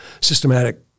systematic